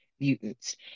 mutants